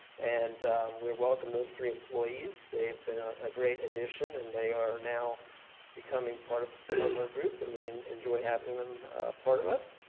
and we welcome those three employees. they have been a great addition and they are now becoming part of our group and we and enjoy having them part of us.